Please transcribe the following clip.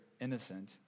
innocent